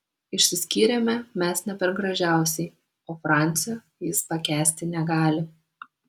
išsiskyrėme mes ne per gražiausiai o francio jis pakęsti negali